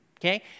okay